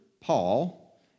Paul